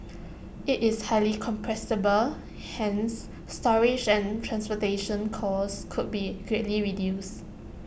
IT is highly compressible hence storage and transportation costs could be greatly reduced